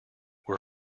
were